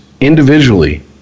individually